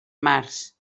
març